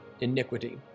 iniquity